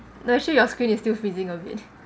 you sure your screen is still freezing a bit